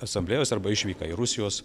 asamblėjose arba išvyka į rusijos